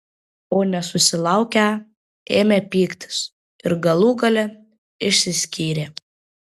o nesusilaukę ėmė pyktis ir galų gale išsiskyrė